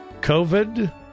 COVID